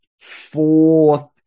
fourth